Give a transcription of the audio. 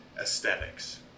aesthetics